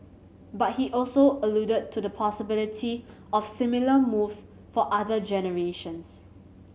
but he also alluded to the possibility of similar moves for other generations